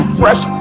fresh